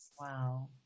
Wow